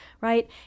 right